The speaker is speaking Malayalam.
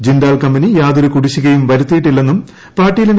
ജിൻഡാൽ കമ്പന്റീ യ്ാതൊരു കുടിശ്ശികയും വരുത്തിയിട്ടില്ലെന്നും പാട്ടീലിന്റെ